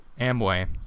Amway